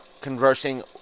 conversing